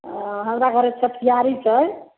हमरा घरे छठियारी छै